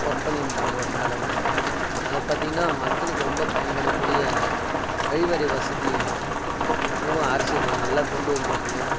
work பண்ணியிருந்தாங்க ஒரு madam அதை பார்த்திங்கனா மக்களுக்கு ரொம்ப பயன்படக்கூடிய கழிவறை வசதி மிகவும் அரசு நல்லா கொண்டு வந்திருக்கு